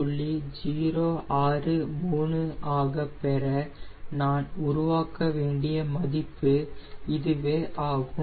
063 ஆக பெற நான் உருவாக்கவேண்டிய மதிப்பு இதுவே ஆகும்